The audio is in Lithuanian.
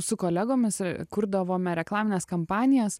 su kolegomis kurdavome reklamines kampanijas